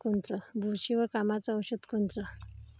बुरशीवर कामाचं औषध कोनचं?